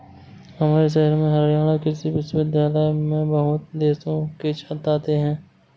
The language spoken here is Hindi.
हमारे शहर में हरियाणा कृषि विश्वविद्यालय में बहुत देशों से छात्र आते हैं